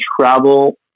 travel